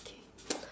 okay